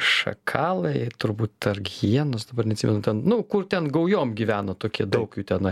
šakalai turbūt ar hienos dabar neatsimenu nu kur ten gaujom gyveno tokie daug jų tenai